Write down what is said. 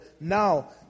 Now